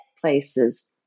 places